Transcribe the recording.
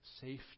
safety